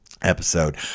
episode